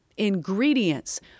ingredients